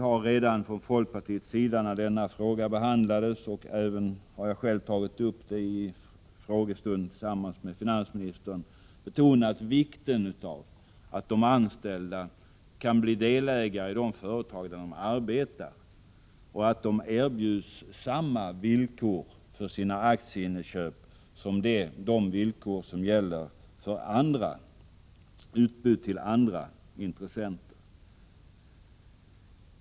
Vi har från folkpartiets sida när denna fråga behandlades — jag har också själv tagit upp den i en frågedebatt med finansministern — betonat vikten av att de anställda kan bli delägare i de företag där de arbetar och att de erbjuds samma villkor för sina aktieköp som de villkor som gäller för utbud till andra intressenter.